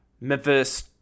Memphis